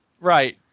Right